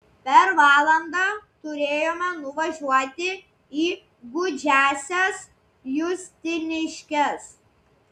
per valandą turėjome nuvažiuoti į gūdžiąsias justiniškes